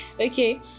Okay